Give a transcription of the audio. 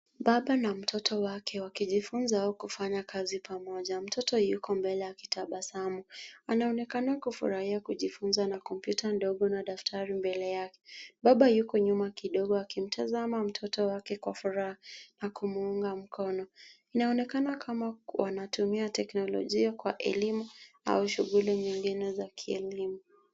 Baba na mtoto wake wakijifunza au kufanya kazi pamoja. Mtoto yuko mbele akitabasamu. Anaonekana kufurahia kujifunza na kompyuta ndogo na daftari mbele yake. Baba yuko nyuma kidogo akitazama mtoto wake kwa furaha na kumuunga mkono. Inaonekana kama wanatumia teknolojia kwa elimu au shughuli nyingine za kielimu.